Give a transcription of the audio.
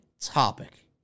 topic